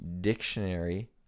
dictionary